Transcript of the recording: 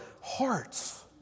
hearts